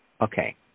Okay